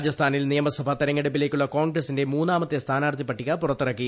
രാജസ്ഥാനിൽ നിയമസഭ തെരഞ്ഞെടുപ്പിലേക്കുള്ള കോൺഗ്രസ്സിന്റെ മൂന്നാമത്തെ സ്ഥാനാർത്ഥി പട്ടിക പുറത്തിറക്കി